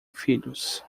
filhos